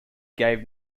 gave